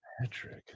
Patrick